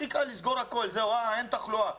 הכי קל לסגור הכול, אין תחלואה.